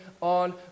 on